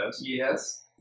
Yes